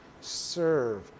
serve